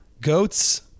goats